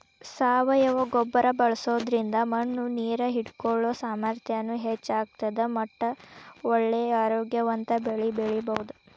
ಸಾವಯವ ಗೊಬ್ಬರ ಬಳ್ಸೋದ್ರಿಂದ ಮಣ್ಣು ನೇರ್ ಹಿಡ್ಕೊಳೋ ಸಾಮರ್ಥ್ಯನು ಹೆಚ್ಚ್ ಆಗ್ತದ ಮಟ್ಟ ಒಳ್ಳೆ ಆರೋಗ್ಯವಂತ ಬೆಳಿ ಬೆಳಿಬಹುದು